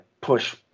push